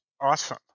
Awesome